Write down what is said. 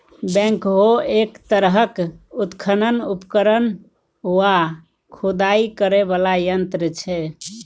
backhoe एक तरहक उत्खनन उपकरण वा खुदाई करय बला यंत्र छै